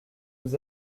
vous